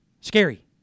Scary